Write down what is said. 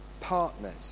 partners